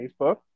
Facebook